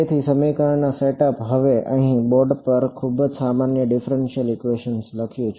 તેથી સમીકરણ સેટઅપ હવે અહીં બોર્ડ પર મેં ખૂબ જ સામાન્ય ડિફ્રેંશિયલ ઇક્વેશન લખ્યું છે